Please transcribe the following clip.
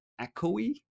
echoey